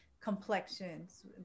complexions